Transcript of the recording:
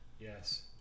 Yes